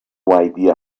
idea